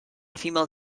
female